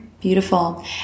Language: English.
Beautiful